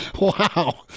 Wow